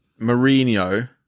Mourinho